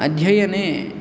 अध्ययने